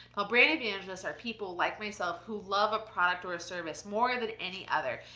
brand evangelists are people like myself, who love a product or a service more than any other.